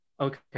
Okay